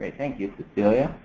thank you cecilia.